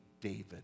David